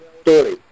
story